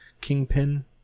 Kingpin